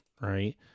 right